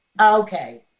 Okay